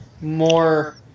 more